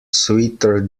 sweeter